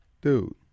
dude